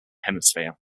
hemisphere